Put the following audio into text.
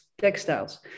textiles